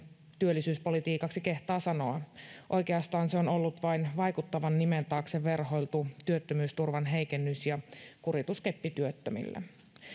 työllisyyspolitiikaksi kehtaa sanoa oikeastaan se on ollut vain vaikuttavan nimen taakse verhoiltu työttömyysturvan heikennys ja kurituskeppi työttömille